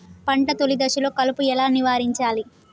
పంట తొలి దశలో కలుపు ఎలా నివారించాలి?